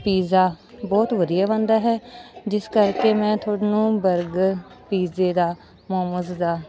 pizza ਬਹੁਤ ਵਧੀਆ ਬਣਦਾ ਹੈ ਜਿਸ ਕਰਕੇ ਮੈਂ ਤੁਹਾਨੂੰ ਬਰਗਰ ਪੀਜ਼ੇ ਦਾ ਮੋਮੋਜ ਦਾ